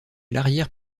l’arrière